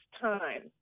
time